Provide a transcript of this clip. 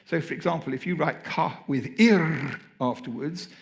so for example, if you write ka with ir afterwards,